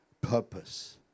purpose